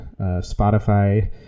Spotify